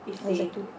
exactly